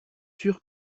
sûr